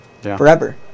forever